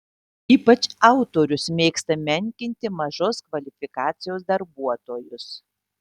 ypač autorius mėgsta menkinti mažos kvalifikacijos darbuotojus